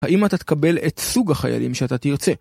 האם אתה תקבל את סוג החיילים שאתה תרצה?